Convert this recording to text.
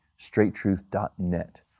straighttruth.net